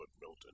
milton